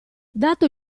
dato